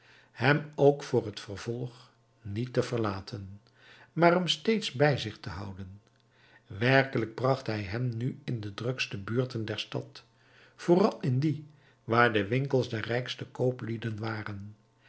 hem ook voor t vervolg niet te verlaten maar hem steeds bij zich te houden werkelijk bracht hij hem nu in de drukste buurten der stad vooral in die waar de winkels der rijkste kooplieden waren